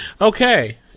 Okay